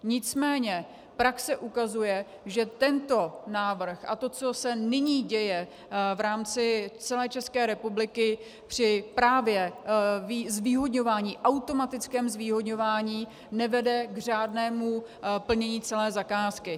Nicméně praxe ukazuje, že tento návrh a to, co se nyní děje v rámci celé České republiky při právě automatickém zvýhodňování, nevede k řádnému plnění celé zakázky.